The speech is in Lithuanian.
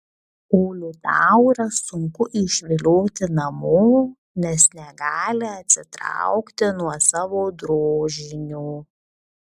o liutaurą sunku išvilioti namo nes negali atsitraukti nuo savo drožinio